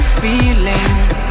feelings